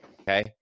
Okay